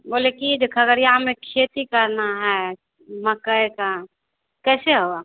बोले की जे खगरिया में खेती करना है मकई का कैसे होगा